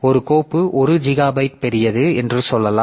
ஒரு கோப்பு 1 ஜிகாபைட் பெரியது என்று சொல்லலாம்